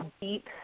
deep